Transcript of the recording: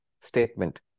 statement